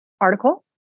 article